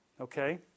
okay